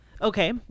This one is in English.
Okay